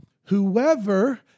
whoever